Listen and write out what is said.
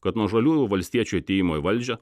kad nuo žaliųjų valstiečių atėjimo į valdžią